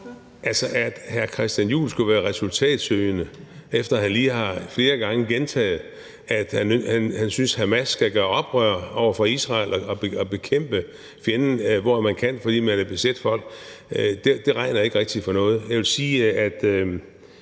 Altså, at hr. Christian Juhl skulle være resultatsøgende efter lige flere gange at have gentaget, at han synes, at Hamas skal gøre oprør over for Israel og bekæmpe fjenden, hvor man kan, fordi de er et besat folk, regner jeg ikke rigtig for noget. Jeg vil sige, at